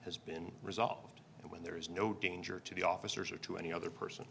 has been resolved and when there is no danger to the officers or to any other person